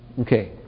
Okay